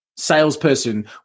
salesperson